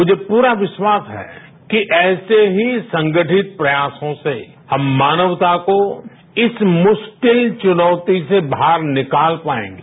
मुझे पूरा विश्वास है कि ऐसे ही संगठित प्रयासों से हम मानवता को इस मुश्किल चुनौती से बाहर निकाल पाएंगे